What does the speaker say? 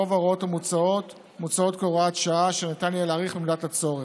רוב ההוראות מוצעות כהוראת שעה אשר ניתן יהיה להאריך במידת הצורך.